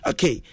Okay